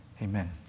Amen